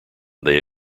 they